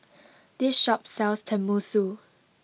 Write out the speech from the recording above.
this shop sells Tenmusu